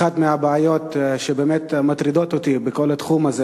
אחת הבעיות שבאמת מטרידות אותי בכל התחום הזה